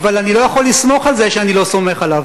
אבל אני לא יכול לסמוך על זה שאני לא סומך עליו.